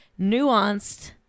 nuanced